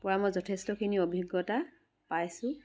পৰা মই যথেষ্টখিনি অভিজ্ঞতা পাইছোঁ